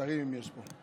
אם יש פה,